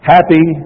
Happy